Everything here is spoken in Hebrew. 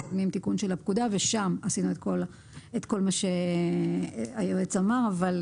מקדמים תיקון של הפקודה ושם עשינו את כל מה שהיועץ אמר,